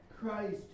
Christ